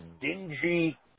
dingy